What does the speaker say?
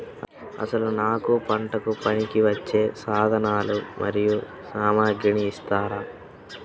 అసలు నాకు పంటకు పనికివచ్చే సాధనాలు మరియు సామగ్రిని ఇస్తారా?